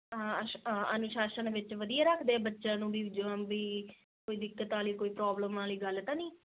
ਅਨੁਸ਼ਾਸਨ ਵਿੱਚ ਵਧੀਆ ਰੱਖਦੇ ਬੱਚਿਆਂ ਨੂੰ ਬਈ ਜਿਓਂ ਬਈ ਕੋਈ ਦਿੱਕਤ ਵਾਲੀ ਕੋਈ ਪ੍ਰੋਬਲਮ ਵਾਲੀ ਗੱਲ ਤਾਂ ਨਹੀਂ